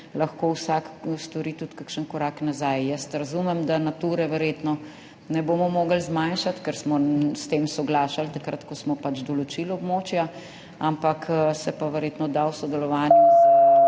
lahko vsak stori tudi kakšen korak nazaj. Jaz razumem, da Nature verjetno ne bomo mogli zmanjšati, ker smo s tem soglašali takrat ko smo določili območja, ampak se pa verjetno da v sodelovanju